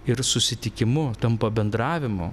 ir susitikimu tampa bendravimu